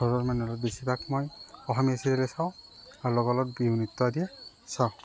ঘৰৰ মানুহৰ লগত বেছি ভাগ মই অসমীয়া চিৰিয়েলেই চাওঁ আৰু লগৰ লগত বিহু নৃত্য আদি চাওঁ